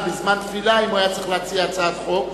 בזמן תפילה אם הוא היה צריך להציע הצעת חוק,